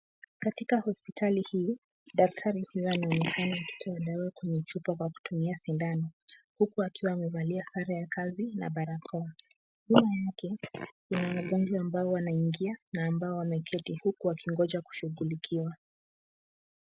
Katika hospitali hii daktari fulani anaonekana akitoa dawa kwenye chupa kwa kutumia sindano , huku akiwa amevalia sare ya kazi na barakoa, nyuma yake kuna wagonjwa ambao wanaingia na ambao wameketi huku wakingoja kushughulikiwa.